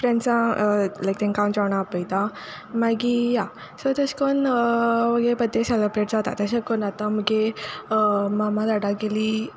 फ्रेंड्सां लायक तेंक हांव जेवणा आपयतां मागी या सो तेश कोन्न मुगे बड्डे सेलब्रेट जाता तेशें कोन्न आतां मुगे मामा डाडागेली